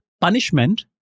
Punishment